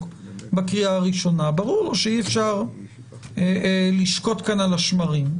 בקריאה הראשונה ברור לו שאי אפשר לשקוט כאן על השמרים.